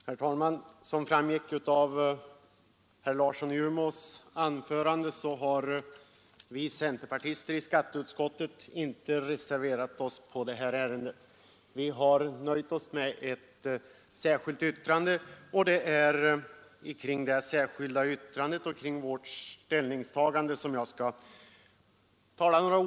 Herr talman! Såsom framgick av herr Larssons i Umeå anförande har vi centerpartister i skatteutskottet inte reserverat oss i detta ärende. Vi har nöjt oss med att foga ett särskilt yttrande till betänkandet. Jag skall säga några ord om det särskilda yttrandet och ge en förklaring till vårt ställningstagande.